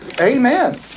Amen